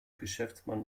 geschäftsmann